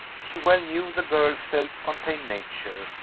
she well knew the girl's self-contained nature,